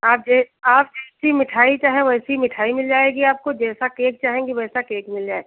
आप जो आप जैसी मिठाई चाहें वैसी मिठाई मिल जाएगी आपको जैसा केक चाहेंगी वैसा केक मिल जाए